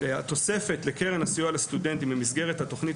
התוספת לקרן הסיוע לסטודנטים במסגרת התוכנית